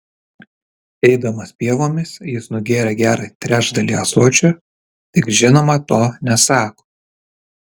eidamas pievomis jis nugėrė gerą trečdalį ąsočio tik žinoma to nesako